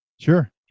Sure